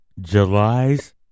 July's